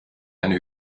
eine